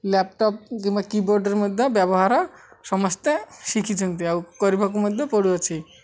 laptop କିମ୍ବା କିବୋର୍ଡ଼ରେ ମଧ୍ୟ ବ୍ୟବହାର ସମସ୍ତେ ଶିଖିଛନ୍ତି ଆଉ କରିବାକୁ ମଧ୍ୟ ପଡ଼ୁଅଛି